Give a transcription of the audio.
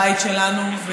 הבית שלנו,